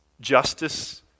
Justice